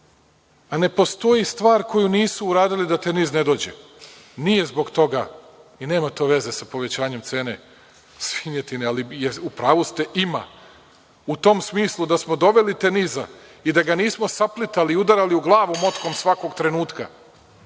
pa ne postoji stvar koju nisu uradili da „Tenis“ ne dođe. Nije zbog toga i nema to veze sa povećanjem cene svinjetine, ali u pravu ste ima u tom smislu da smo doveli „Tenisa“ i da ga nismo saplitali i udarali u glavu motkom svakog trenutka